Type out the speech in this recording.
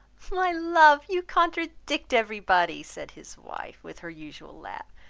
my love you contradict every body, said his wife with her usual laugh.